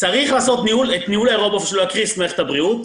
צריך לעשות את ניהול ה- -- בשביל לא להקריס את מערכת הבריאות,